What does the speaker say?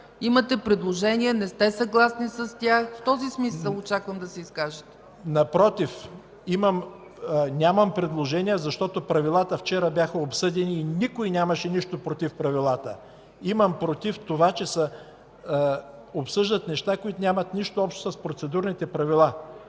Имате предложения, не сте съгласен с тях. В този смисъл очаквам да се изкажете. ГЕОРГИ КЮЧУКОВ: Напротив, няма предложения, защото Правилата вчера бяха обсъдени и никой нямаше нищо против Правилата. Имам против това, че се обсъждат неща, които нямат нищо общо с Процедурните правила.